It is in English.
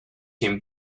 him